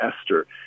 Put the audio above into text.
Esther